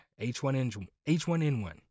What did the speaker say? H1N1